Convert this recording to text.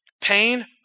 pain